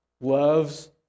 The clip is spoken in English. loves